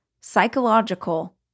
psychological